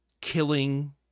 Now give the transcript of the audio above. killing